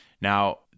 Now